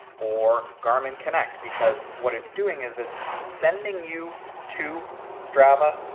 or garmin connect, because what it's doing is it's sending you to strava,